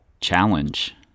challenge